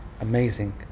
amazing